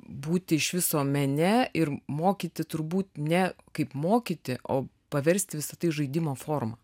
būti iš viso mene ir mokyti turbūt ne kaip mokyti o paversti visa tai žaidimo forma